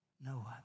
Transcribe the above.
no